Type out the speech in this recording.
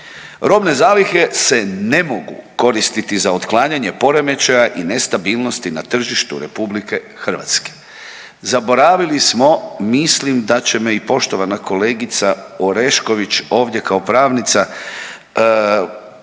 „Robne zalihe se ne mogu koristiti za otklanjanje poremećaja i nestabilnosti na tržištu Republike Hrvatske“. Zaboravili smo, mislim da će me i poštovana kolegica Orešković ovdje kao pravnica podržati.